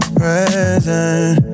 present